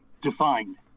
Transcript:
defined